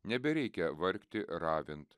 nebereikia vargti ravint